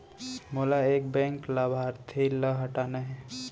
मोला एक बैंक लाभार्थी ल हटाना हे?